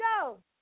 go